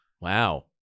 Wow